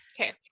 Okay